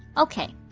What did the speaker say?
ok,